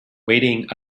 waiting